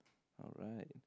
alright